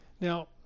Now